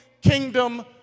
kingdom